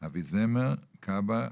אביזמר, כב"ה,